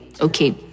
Okay